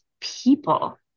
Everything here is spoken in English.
people